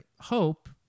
hope